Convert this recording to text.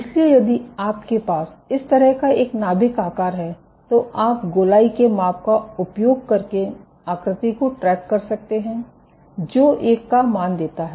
इसलिए यदि आपके पास इस तरह का एक नाभिक आकार है तो आप गोलाई के माप का उपयोग करके आकृति को ट्रैक कर सकते हैं जो 1 का मान देता है